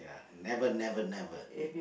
never never never